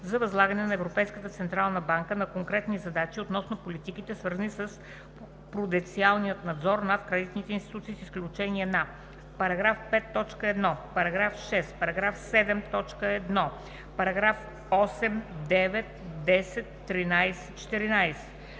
за възлагане на Европейската централна банка на конкретни задачи относно политиките, свързани с пруденциалния надзор над кредитните институции, с изключение на § 5, т. 1, § 6, § 7, т. 1, § 8, 9,10, 13,14,